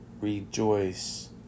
rejoice